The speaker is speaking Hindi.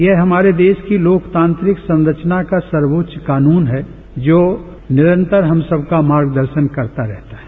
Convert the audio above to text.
यह हमारे देश की लोकतांत्रिक संरचना का सर्वोच्च कानून है जो निरंतर हम सबका मार्गदर्शन करता है